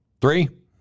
Three